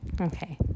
okay